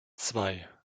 zwei